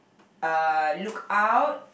uh look out